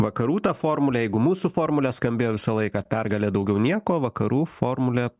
vakarų ta formulė jeigu mūsų formulė skambėjo visą laiką pergalė daugiau nieko vakarų formulė